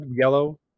yellow